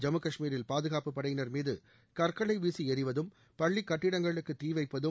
ஜம்மு காஷ்மீரில் பாதுகாப்புப் படையினர் மீது கற்களை வீசி எறிவதும் குறிப்பாக பள்ளிக்கட்டிடங்களுக்கு தீ வைப்பதும்